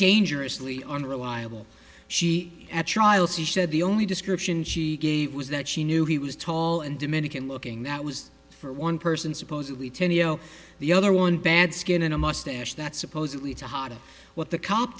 dangerously unreliable she at trial she said the only description she gave was that she knew he was tall and dominican looking that was for one person supposedly tonio the other one bad skin and a mustache that supposedly to heart of what the cop